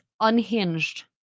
unhinged